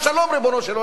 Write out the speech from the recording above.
ריבונו של עולם.